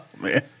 man